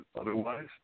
otherwise